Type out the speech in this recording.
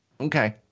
Okay